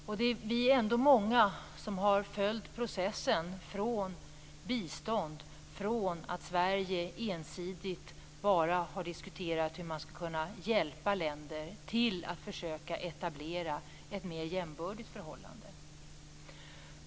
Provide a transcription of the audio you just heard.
Vi är ändå många som har följt processen från bistånd, från det att Sverige ensidigt har diskuterat hur man skall kunna hjälpa länder, till att försöka etablera ett mer jämbördigt förhållande.